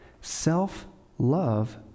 Self-love